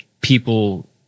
people